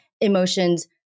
emotions